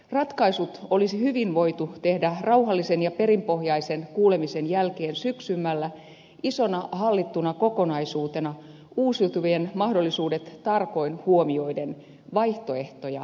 ratkaisut olisi hyvin voitu tehdä rauhallisen ja perinpohjaisen kuulemisen jälkeen syksymmällä isona hallittuna kokonaisuutena uusiutuvien mahdollisuudet tarkoin huomioiden vaihtoehtoja puntaroiden